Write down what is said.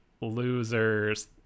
losers